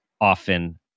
often